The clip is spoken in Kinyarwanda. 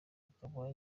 akaba